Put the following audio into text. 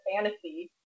fantasy